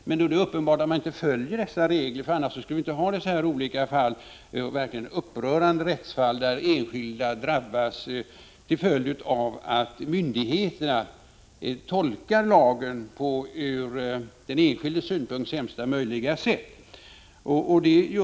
Men det är ändå uppenbart att man inte följer dessa regler, för annars skulle vi inte ha dessa verkligt upprörande rättsfall, där enskilda drabbas till följd av att myndigheterna tolkar lagen på ur den enskildes synpunkt sämsta möjliga sätt.